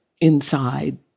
inside